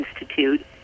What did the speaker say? Institute